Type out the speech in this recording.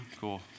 Cool